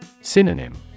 Synonym